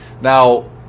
Now